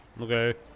okay